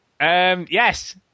Yes